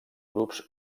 grups